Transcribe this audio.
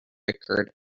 occurred